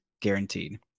guaranteed